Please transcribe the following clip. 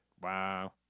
Wow